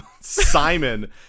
Simon